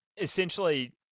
essentially